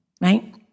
right